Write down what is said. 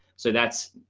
so that's,